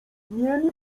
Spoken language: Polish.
mieli